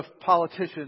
politicians